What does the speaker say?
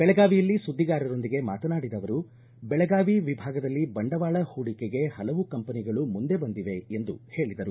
ಬೆಳಗಾವಿಯಲ್ಲಿ ಸುದ್ದಿಗಾರರೊಂದಿಗೆ ಮಾತನಾಡಿದ ಅವರು ಬೆಳಗಾವಿ ವಿಭಾಗದಲ್ಲಿ ಬಂಡವಾಳ ಪೂಡಿಕೆಗೆ ಪಲವು ಕಂಪನಿಗಳು ಮುಂದೆ ಬಂದಿವೆ ಎಂದು ಹೇಳಿದರು